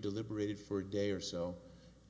deliberated for a day or so